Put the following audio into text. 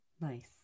nice